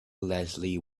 leslie